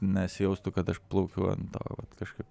nesijaustų kad aš plaukiu ant to kažkaip